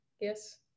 yes